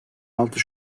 altı